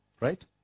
Right